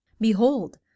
behold